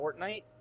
Fortnite